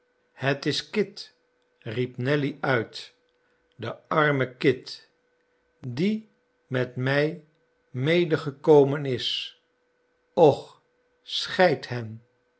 het is kit riep nelly uit de arme kit die met mij medegekomen is ooh scheid hen